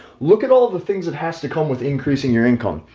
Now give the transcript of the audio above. look at all the things that has to come with increasing your income.